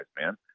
man